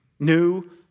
New